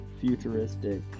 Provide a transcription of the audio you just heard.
futuristic